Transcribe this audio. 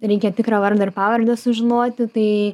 reikia tikrą vardą ir pavardę sužinoti tai